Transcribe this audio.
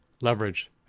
leverage